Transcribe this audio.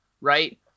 right